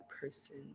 person